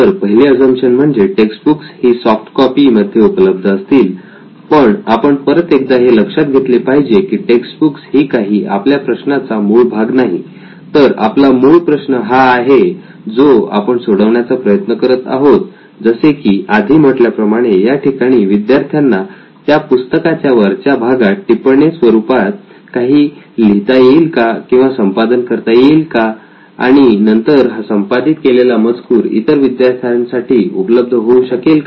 तर पहिले अझम्पशन म्हणजे टेक्स्ट बुक्स ही सॉफ्ट कॉपी मध्ये उपलब्ध असतील पण आपण परत एकदा हे लक्षात घेतले पाहिजे की टेक्स्टबुक ही काही आपल्या प्रश्नाचा मूळ भाग नाही तर आपला मूळ प्रश्न हा आहे जो आपण सोडवण्याचा प्रयत्न करत आहोत जसे की आधी म्हटल्या प्रमाणे या ठिकाणी विद्यार्थ्यांना त्या पुस्तकाच्या वरच्या भागात टिपणे स्वरूपात काही लिहिता येईल का किंवा संपादन करता येईल का आणि नंतर हा संपादित केलेला मजकूर इतर विद्यार्थ्यांसाठी सुद्धा उपलब्ध होऊ शकेल का